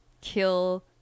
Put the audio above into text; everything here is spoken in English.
kill